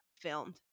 filmed